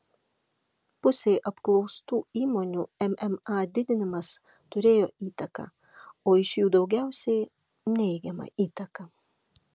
pusei apklaustų įmonių mma didinimas turėjo įtaką o iš jų daugiausiai neigiamą įtaką